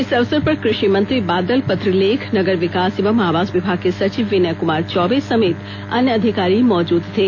इस अवसर पर कृषि मंत्री बादल पत्रलेख नगर विकास एवं आवास विभाग के सचिव विनय कुमार चौबे समेत अन्य अधिकारी मौजूद थे